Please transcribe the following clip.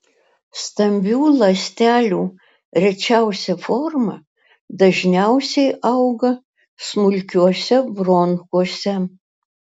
stambių ląstelių rečiausia forma dažniausiai auga smulkiuose bronchuose